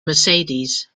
mercedes